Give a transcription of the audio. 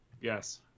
Yes